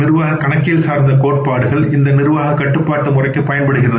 நிர்வாக கணக்கியல் சார்ந்த கோட்பாடுகள் இந்த நிர்வாக கட்டுப்பாட்டு முறைக்கு பயன்படுத்தப்படுகின்றது